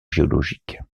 géologiques